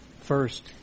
First